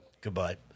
Goodbye